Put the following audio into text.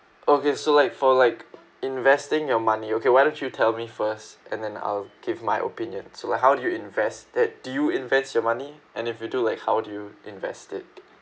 okay so like for like investing your money okay why don't you tell me first and then I'll give my opinions so like how do you invest that do you invest your money and if you do like how do you like invest it